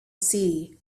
sea